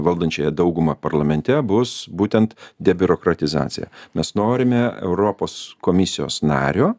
valdančiąją daugumą parlamente bus būtent debiurokratizacija mes norime europos komisijos nario